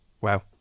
Wow